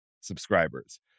subscribers